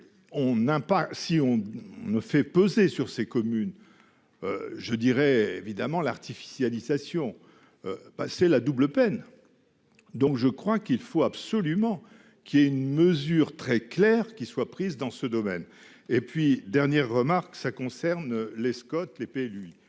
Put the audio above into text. si on ne fait peser sur ces communes. Je dirais évidemment l'artificialisation. Passer la double peine. Donc je crois qu'il faut absolument qu'il y ait une mesure très claires qui soient prises dans ce domaine. Et puis dernière remarque, ça concerne Lescott l'épée,